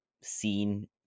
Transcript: seen